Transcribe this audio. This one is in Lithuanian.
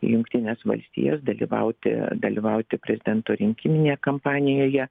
į jungtines valstijas dalyvauti dalyvauti prezidento rinkiminėje kampanijoje